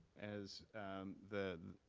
as the